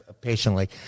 patiently